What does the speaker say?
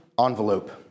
envelope